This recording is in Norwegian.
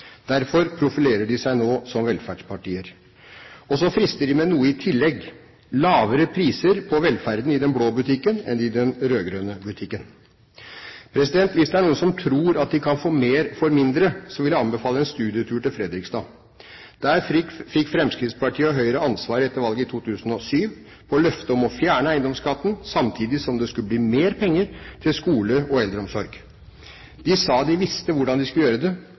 Derfor profilerer de seg nå som velferdspartier. Og så frister de med noe i tillegg: lavere priser på velferden i den blå butikken enn i den rød-grønne butikken. Hvis det er noen som tror at de kan få mer for mindre, vil jeg anbefale en studietur til Fredrikstad. Der fikk Fremskrittspartiet og Høyre ansvaret etter valget i 2007 på løftet om å fjerne eiendomsskatten samtidig som det skulle bli mer penger til skole og eldreomsorg. De sa de visste hvordan de skulle gjøre det,